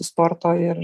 sporto ir